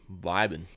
vibing